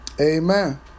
Amen